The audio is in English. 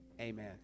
Amen